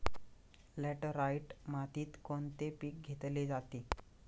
Laterite मातीत कोणते पीक घेतले जाते?